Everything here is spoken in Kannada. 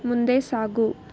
ಮುಂದೆ ಸಾಗು